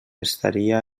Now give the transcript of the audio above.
estaria